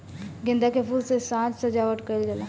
गेंदा के फूल से साज सज्जावट कईल जाला